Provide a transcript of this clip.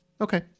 Okay